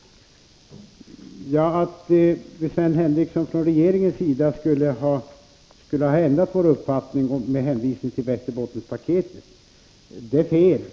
7november 1983 Att vi från regeringens sida skulle ha ändrat uppfattning med hänsyn till Västerbottenspaketet är fel, Sven Henricsson.